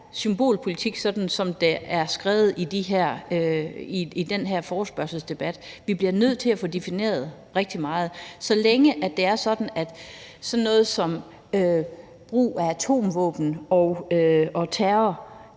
symbolpolitik, sådan som det er skrevet i den her forespørgselsdebat. Vi bliver nødt til at få defineret rigtig meget. Så længe det er sådan, at sådan noget som brug af atomvåben og terror